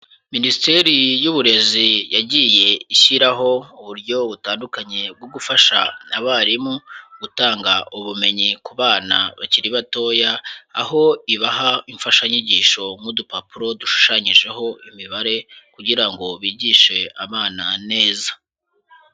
Minisiteri y'uburezi yagiye ishyiraho uburyo butandukanye bwo gufasha abarimu gutanga ubumenyi ku bana bakiri batoya, aho ibaha imfashanyigisho nk'udupapuro dushushanyijeho imibare, kugira ngo bigishe abana neza.